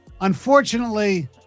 Unfortunately